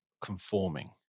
conforming